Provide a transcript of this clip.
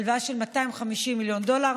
הלוואה של 250 מיליון דולר,